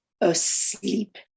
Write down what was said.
asleep